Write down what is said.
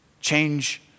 Change